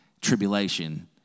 tribulation